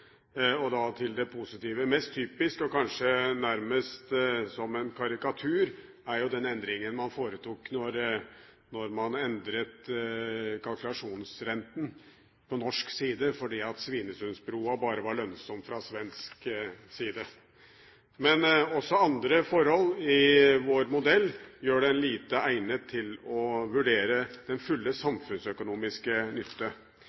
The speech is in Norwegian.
da til det positive. Mest typisk og kanskje nærmest som en karikatur er den endringen man foretok da man endret kalkulasjonsrenten på norsk side fordi Svinesundbrua var lønnsom bare på svensk side. Men også andre forhold i vår modell gjør den lite egnet til å vurdere den fulle samfunnsøkonomiske nytte.